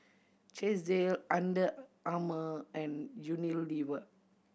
Chesdale Under Armour and Unilever